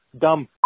dumb